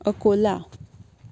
Ankola